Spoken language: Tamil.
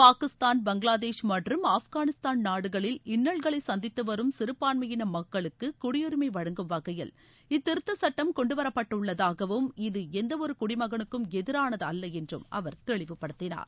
பாகிஸ்தான் பங்களாதேஷ் மற்றும் ஆப்கானிஸ்தான் நாடுகளில் இன்னல்களை சந்தித்து வரும் வகையில் சிறுபான்மையின மக்களுக்கு குடியுரிமை வழங்கும் இத்திருத்தச் சுட்டம் கொண்டுவரப்பட்டுள்ளதாகவும் இது எந்தவொரு குடிமகனுக்கும் எதிரானது அல்ல என்றும் அவர் தெளிவுபடுத்தினார்